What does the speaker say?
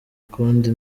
ukundi